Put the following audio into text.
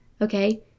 okay